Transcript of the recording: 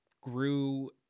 grew